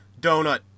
donut